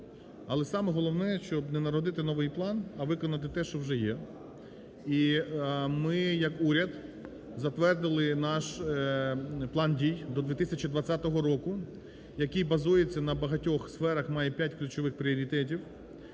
Але саме головне, щоб не народити новий план, а виконати те, що вже є. І ми як уряд затвердили наш план дій до 2020 року, який базується на багатьох сферах, має п'ять ключових пріоритетів,